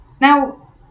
Now